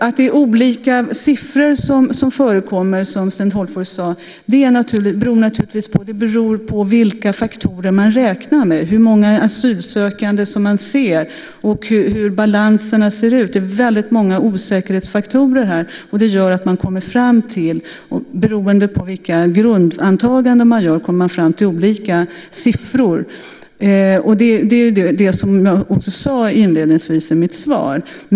Att det är olika siffror som förekommer, som Sten Tolgfors sade, beror naturligtvis på vilka faktorer man räknar med, hur många asylsökande man ser och hur balanserna ser ut. Det finns väldigt många osäkerhetsfaktorer här. Det gör att man kommer fram till olika siffror beroende på vilka grundantaganden man gör. Det sade jag också inledningsvis i mitt svar.